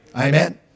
Amen